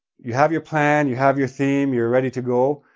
you have your plan, you have your theme, you're ready to go.